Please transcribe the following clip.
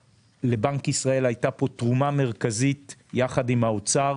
ולבנק ישראל הייתה פה תרומה מרכזית יחד עם האוצר